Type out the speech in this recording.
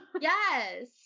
Yes